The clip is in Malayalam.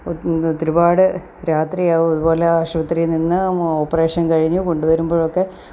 ഒത്ത് ഒരുപാട് രാത്രിയാകും ഇതുപോലെ ആശുപത്രിയിൽ നിന്നു മൊ ഓപ്പറേഷൻ കഴിഞ്ഞു കൊണ്ടു വരുമ്പൊഴൊക്കെ